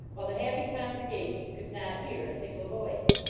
while the happy congregation could not hear a single voice.